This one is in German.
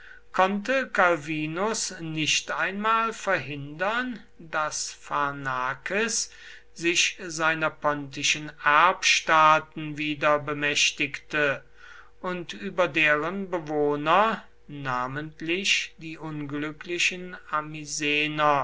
konnte calvinus nicht einmal verhindern daß pharnakes sich seiner pontischen erbstaaten wieder bemächtigte und über deren bewohner namentlich die unglücklichen